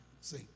see